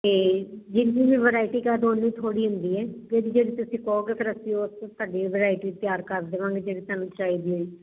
ਤੇ ਜਿੰਨੀ ਵੀ ਵਰਾਇਟੀ ਤਿਆਰ ਕਰਦੋ ਉੱਨੀ ਥੋੜੀ ਹੁੰਦੀ ਆ ਫਿਰ ਵੀ ਜੋ ਤੁਸੀਂ ਕਹੋਗੇ ਅਸੀਂ ਉਹ ਥਾਡੀ ਵਰਾਇਟੀ ਤਿਆਰ ਕਰ ਦੇਵਾਂਗੇ ਜਿਹੜੇ ਤੁਹਾਨੂੰ ਚਾਹੀਦੀ ਹੋਈ